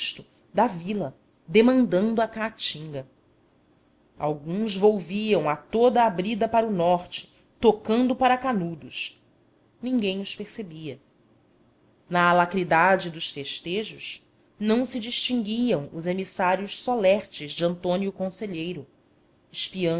susto da vila demandando a caatinga alguns volviam a toda a brida para o norte tocando para canudos ninguém os percebia na alacridade dos festejos não se distinguiam os emissários solertes de antônio conselheiro